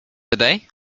today